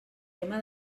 tema